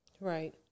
Right